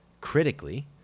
critically